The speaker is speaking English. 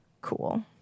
cool